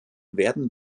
werden